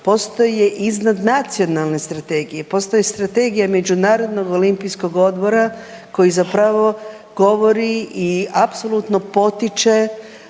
postoje iznad nacionalne strategije, postoji Strategija međunarodnog olimpijskog odbora koji zapravo govori i apsolutno potiče